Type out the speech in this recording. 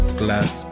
glass